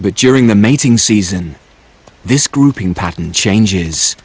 but during the mating season this grouping pattern changes